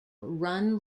run